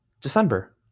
December